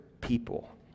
people